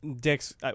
dicks